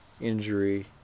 injury